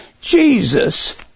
jesus